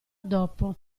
dopo